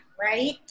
right